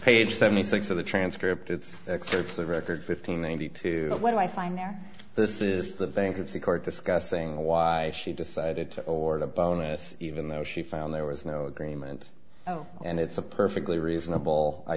page seventy six of the transcript it's excerpts of record fifteen ninety two what i find there this is the bankruptcy court discussing why she decided to award a bonus even though she found there was no agreement oh and it's a perfectly reasonable i